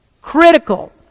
critical